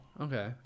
Okay